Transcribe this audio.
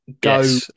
Go